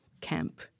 camp